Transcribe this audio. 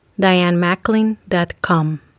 dianemacklin.com